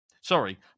Sorry